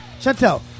Chantel